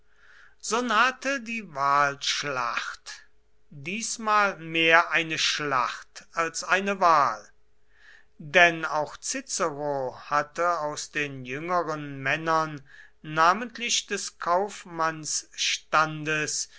nahte die wahlschlacht diesmal mehr eine schlacht als eine wahl denn auch cicero hatte aus den jüngeren männern namentlich des